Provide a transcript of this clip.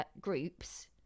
groups